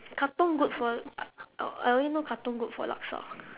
katong good for I I I only know katong good for laksa